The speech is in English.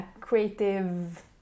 creative